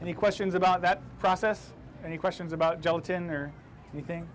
he questions about that process and he questions about gelatin or anything